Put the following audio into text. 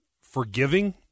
forgiving